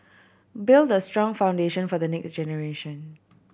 build the strong foundation for the next generation